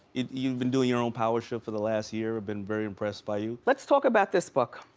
you've been doing your own power shift for the last year. i've been very impressed by you. let's talk about this book.